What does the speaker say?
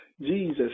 Jesus